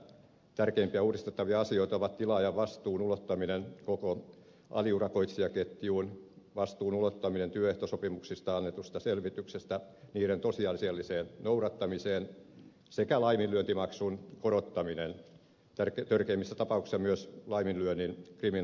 tärkeimpiä uudistettavia asioita ovat tilaajavastuun ulottaminen koko aliurakoitsijaketjuun vastuun ulottaminen työehtosopimuksista annetusta selvityksestä niiden tosiasialliseen noudattamiseen sekä laiminlyöntimaksun korottaminen törkeimmissä tapauksissa myös laiminlyönnin kriminalisointi